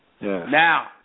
Now